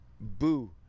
boo